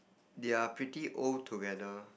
they are pretty old together